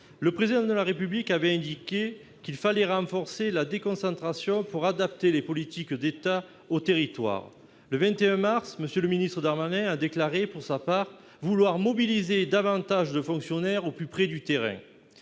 le Président de la République avait indiqué qu'il fallait « renforcer la déconcentration pour adapter les politiques de l'État aux territoires ». Le 21 mars, M. le ministre Darmanin a déclaré, pour sa part, vouloir « mobiliser davantage de fonctionnaires au plus près du terrain